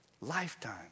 lifetime